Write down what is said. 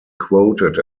quoted